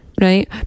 Right